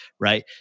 right